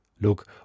Look